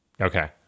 Okay